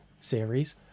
series